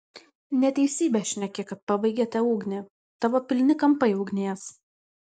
neteisybę šneki kad pabaigėte ugnį tavo pilni kampai ugnies